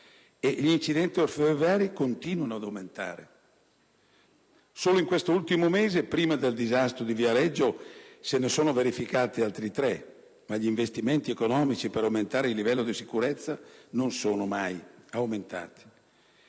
gli incidenti ferroviari sono in continuo aumento. Solo in questo ultimo mese, prima del disastro di Viareggio, se ne sono verificati altri tre, ma gli investimenti economici per aumentare il livello di sicurezza del trasporto